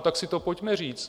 Tak si to pojďme říct.